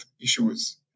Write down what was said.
issues